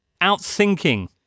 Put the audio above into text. outthinking